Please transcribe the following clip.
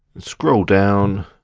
scroll down,